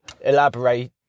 elaborate